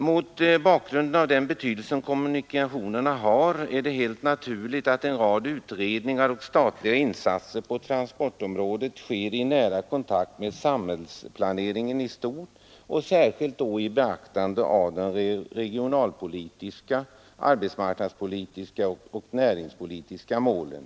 Mot bakgrund av den betydelse som kommunikationerna har är det helt naturligt att en rad utredningar och statliga insatser på transportområdet sker i nära kontakt med samhällsplaneringen i stort, särskilt då med beaktande av de regionalpolitiska, arbetsmarknadspolitiska och näringspolitiska målen.